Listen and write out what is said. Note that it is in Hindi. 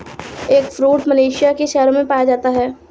एगफ्रूट मलेशिया के शहरों में पाया जाता है